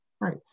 Right